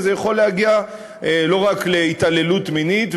וזה יכול להגיע לא רק להתעללות מינית,